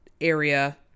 area